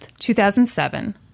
2007